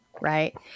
right